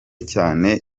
cyane